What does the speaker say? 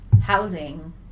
housing